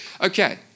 Okay